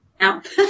out